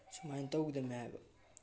ꯁꯨꯃꯥꯏꯅ ꯇꯧꯒꯗꯝꯃꯤ ꯍꯥꯏꯕ